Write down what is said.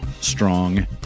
strong